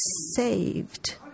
saved